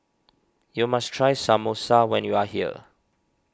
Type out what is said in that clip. you must try Samosa when you are here